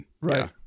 Right